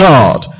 God